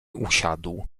usiadł